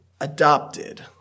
adopted